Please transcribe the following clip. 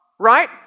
Right